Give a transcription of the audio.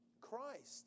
Christ